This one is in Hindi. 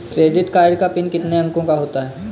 क्रेडिट कार्ड का पिन कितने अंकों का होता है?